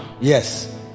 Yes